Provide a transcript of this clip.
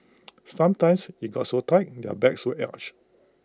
sometimes IT got so tight in their backs were arched